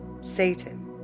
Satan